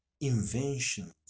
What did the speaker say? inventions